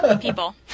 people